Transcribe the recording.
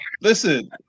Listen